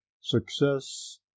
success